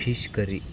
fish curry